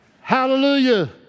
Hallelujah